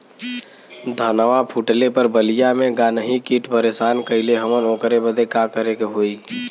धनवा फूटले पर बलिया में गान्ही कीट परेशान कइले हवन ओकरे बदे का करे होई?